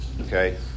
Okay